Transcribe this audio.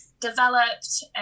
developed